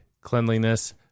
cleanliness